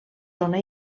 zona